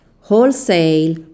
wholesale